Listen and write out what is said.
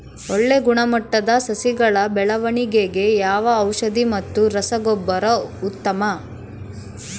ಒಳ್ಳೆ ಗುಣಮಟ್ಟದ ಸಸಿಗಳ ಬೆಳವಣೆಗೆಗೆ ಯಾವ ಔಷಧಿ ಮತ್ತು ರಸಗೊಬ್ಬರ ಉತ್ತಮ?